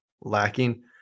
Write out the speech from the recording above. lacking